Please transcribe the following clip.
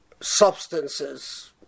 substances